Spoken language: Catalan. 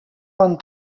bon